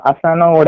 Asana